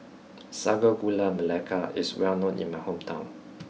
Sago Gula Melaka is well known in my hometown